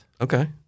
Okay